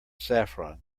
saffron